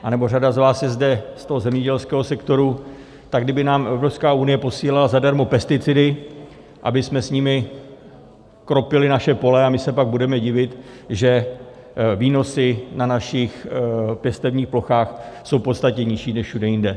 Anebo řada z vás je zde z toho zemědělského sektoru, tak kdyby nám Evropská unie posílala zadarmo pesticidy, abychom jimi kropili naše pole, a my se pak budeme divit, že výnosy na našich pěstebních plochách jsou podstatně nižší než všude jinde.